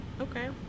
Okay